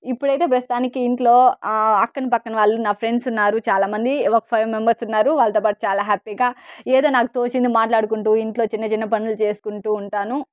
ఇప్పుడైతే ప్రస్తుతానికి ఇంట్లో అక్కని పక్కన వాళ్ళు నా ఫ్రెండ్స్ ఉన్నారు చాలామంది ఒక ఫైవ్ మెంబర్స్ ఉన్నారు వాళ్ళతో పాటు చాలా హ్యాపీగా ఏదో నాకు తోచింది మాట్లాడుకుంటూ ఇంట్లో చిన్న చిన్న పనులు చేసుకుంటూ ఉంటాను